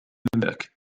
ذاك